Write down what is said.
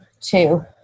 two